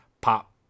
pop